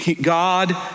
God